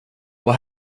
vad